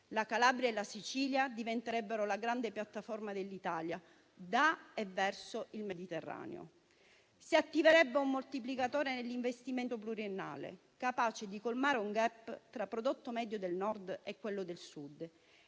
La Calabria e la Sicilia diventerebbero la grande piattaforma dell'Italia da e verso il Mediterraneo. Si attiverebbe un moltiplicatore nell'investimento pluriennale, capace di colmare un *gap* tra il prodotto medio del Nord e quello del Sud